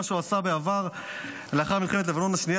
מה שהוא עשה בעבר לאחר מלחמת לבנון השנייה,